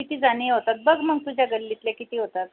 किती जणी होतात बघ मग तुझ्या गल्लीतले किती होतात